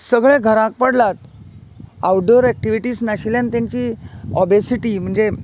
सगळें घरांत पडलात आवटडोर एक्टिविटीस नाशिल्ल्यान तेंची ओबेसिटी म्हणजे